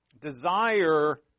desire